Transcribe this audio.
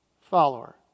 follower